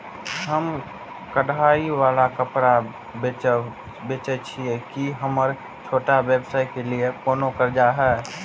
हम कढ़ाई वाला कपड़ा बेचय छिये, की हमर छोटा व्यवसाय के लिये कोनो कर्जा है?